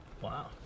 Wow